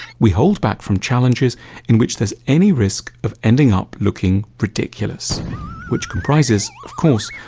we hold back from challenges in which there is any risk of ending up looking ridiculous which comprises, of course,